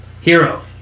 hero